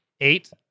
Eight